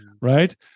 right